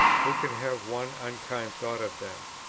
who can have one unkind thought of them?